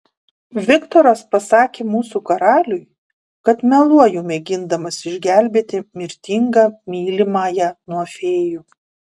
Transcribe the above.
viktoras pasakė mūsų karaliui kad meluoju mėgindamas išgelbėti mirtingą mylimąją nuo fėjų